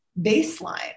baseline